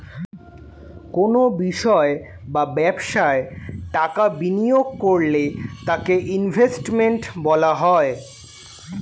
কোনো বিষয় বা ব্যবসায় টাকা বিনিয়োগ করলে তাকে ইনভেস্টমেন্ট বলা হয়